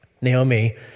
Naomi